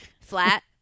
flat